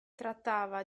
trattava